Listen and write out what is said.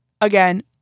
Again